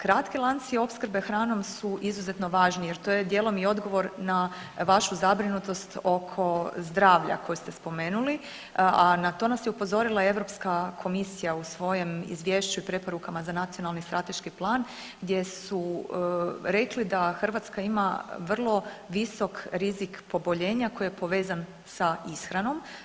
Kratki lanci opskrbe hranom su izuzetno važni, jer to je dijelom i odgovor na vašu zabrinutost oko zdravlja koje ste spomenuli, a na to nas je upozorila i Europska komisija u svojem izvješću i preporukama za Nacionalni strateški plan gdje su rekli da Hrvatska ima vrlo visok rizik poboljenja koji je povezan za ishranom.